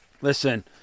Listen